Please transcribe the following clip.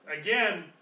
Again